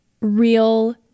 real